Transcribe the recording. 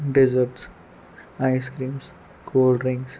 desserts ice creams cool drinks